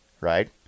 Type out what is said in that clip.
right